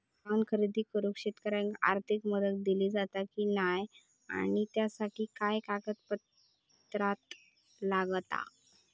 वाहन खरेदी करूक शेतकऱ्यांका आर्थिक मदत दिली जाता की नाय आणि त्यासाठी काय पात्रता लागता?